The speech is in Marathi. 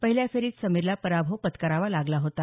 पहिल्या फेरीत समीरला पराभव पत्करावा लागला होता